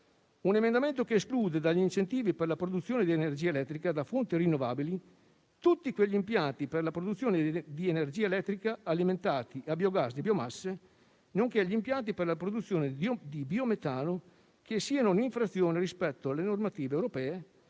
un emendamento che esclude dagli incentivi per la produzione di energia elettrica da fonti rinnovabili tutti gli impianti per la produzione di energia elettrica, alimentati a biogas e biomasse, nonché gli impianti per la produzione di biometano che siano in infrazione rispetto alle normative europee